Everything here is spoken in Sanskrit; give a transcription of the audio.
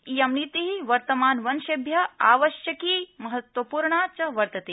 इयं नीति वर्तमान वंशेभ्य आवश्यकी महत्वपूर्णा च वर्तते